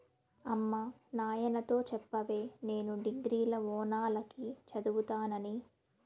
అమ్మ నాయనతో చెప్పవే నేను డిగ్రీల ఓనాల కి చదువుతానని